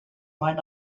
might